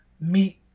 meet